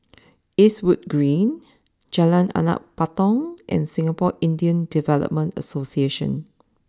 Eastwood Green Jalan Anak Patong and Singapore Indian Development Association